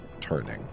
turning